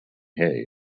hay